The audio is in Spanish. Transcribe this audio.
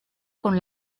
con